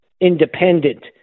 independent